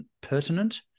pertinent